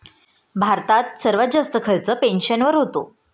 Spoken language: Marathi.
भारतात सर्वात जास्त खर्च पेन्शनवर होतो